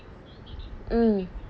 mm